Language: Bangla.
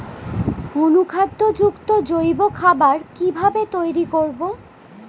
অনুখাদ্য যুক্ত জৈব খাবার কিভাবে তৈরি করব?